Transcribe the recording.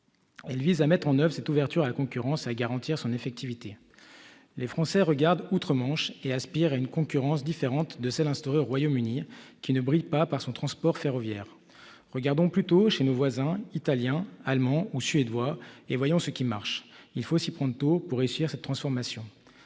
Elle vise à mettre en oeuvre cette ouverture à la concurrence et à garantir son effectivité. Les Français regardent outre-Manche et aspirent à une concurrence différente de celle qui a été instaurée au Royaume-Uni, pays qui ne brille pas par son transport ferroviaire. Regardons plutôt chez nos voisins italiens, allemands ou suédois et voyons ce qui marche. Il faut s'y prendre tôt pour réussir cette transformation,